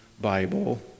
Bible